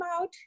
out